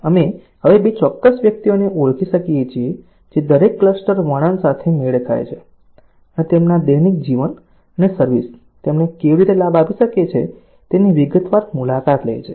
અમે હવે 2 ચોક્કસ વ્યક્તિઓને ઓળખી શકીએ છીએ જે દરેક ક્લસ્ટર વર્ણન સાથે મેળ ખાય છે અને તેમના દૈનિક જીવન અને સર્વિસ તેમને કેવી રીતે લાભ આપી શકે છે તેની વિગતવાર મુલાકાત લે છે